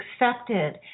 accepted